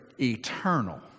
eternal